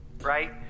right